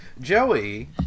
Joey